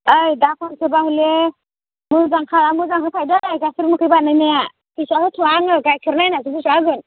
औ दा खनसेबा हले मोजां होफाय दै गाइखेर मोखै बानायनाया फैसा होथ'आ आङो गाइखेर नायनासो फैसा होगोन